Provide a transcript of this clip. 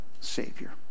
Savior